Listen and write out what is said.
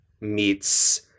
meets